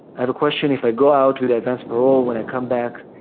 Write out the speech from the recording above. have a question. if i go out with advance parole, when i come back,